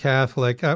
Catholic